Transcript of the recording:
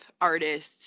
artists